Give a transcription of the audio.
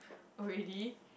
oh really